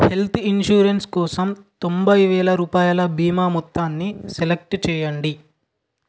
health insurance కోసం తొంభైవేల రూపాయల బీమా మొత్తాన్ని సెలెక్ట్ చేయండి